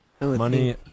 Money